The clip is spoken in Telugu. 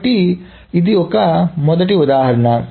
కాబట్టి అది మొదటి ఉదాహరణ